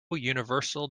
universal